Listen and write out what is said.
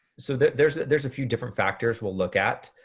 so there's there's a few different factors we'll look at.